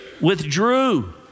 withdrew